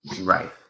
Right